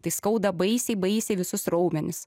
tai skauda baisiai baisiai visus raumenis